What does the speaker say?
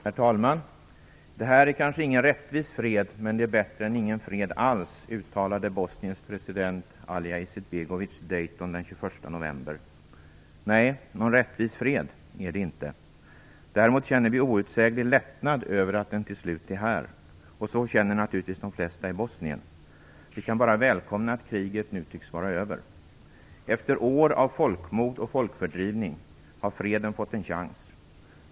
Herr talman! "Det här är kanske ingen rättvis fred, men det är bättre än ingen fred alls", uttalade Bosniens president Alija Izetbegovic i Dayton den 21 november. Nej, någon rättvis fred är det inte. Däremot känner vi outsäglig lättnad över att den till slut är här - och så känner naturligtvis de flesta i Bosnien. Vi kan bara välkomna att kriget nu tycks vara över. Efter år av folkmord och folkfördrivning har freden fått en chans.